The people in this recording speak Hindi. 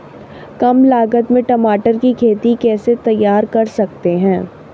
कम लागत में टमाटर की खेती कैसे तैयार कर सकते हैं?